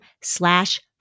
slash